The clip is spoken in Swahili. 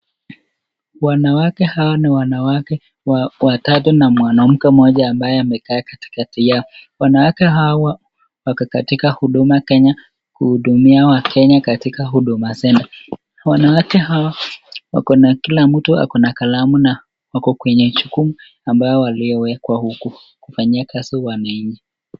Wanawake hawa ni wanawake wa watatu na mwanamke mmoja ambaye amekaa katikati yao. Wanawake hawa wako katika huduma Kenya kuhudumia wakenya katika Huduma Center. Wanawake hawa wako na kila mtu ako na kalamu na wako kwenye jukumu ambayo waliyowekwa huku, kufanyia kazi wananchi.